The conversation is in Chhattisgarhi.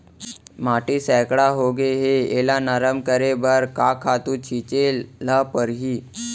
माटी सैकड़ा होगे है एला नरम करे बर का खातू छिंचे ल परहि?